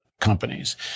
companies